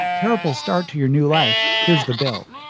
terrible. start to your new life. here's the bill.